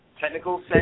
technical